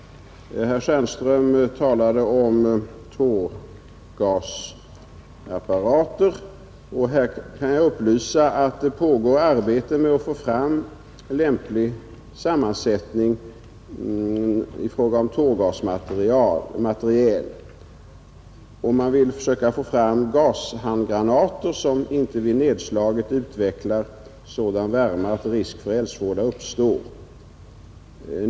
Herr Stjernström talade om tårgasapparater, och jag kan upplysa att det pågår arbete med att få fram lämplig sammansättning i fråga om tårgasmateriel. Vidare vill man försöka få fram gashandgranater, som inte vid nedslaget utvecklar sådan värme att risk för eldsvåda uppstår.